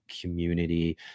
community